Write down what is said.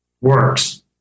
works